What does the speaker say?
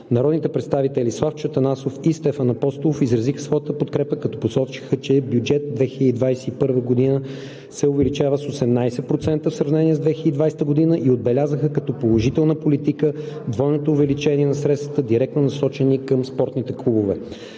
Народните представители Славчо Атанасов и Стефан Апостолов изразиха своята подкрепа, като посочиха, че бюджет 2021 г. се увеличава с 18% в сравнение с 2020 г. и отбелязаха като положителна политика двойното увеличение на средствата, директно насочени към спортните клубове.